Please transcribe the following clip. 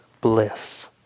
bliss